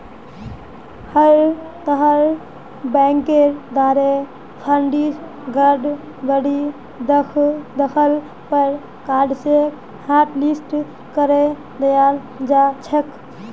हर तरहर बैंकेर द्वारे फंडत गडबडी दख ल पर कार्डसक हाटलिस्ट करे दियाल जा छेक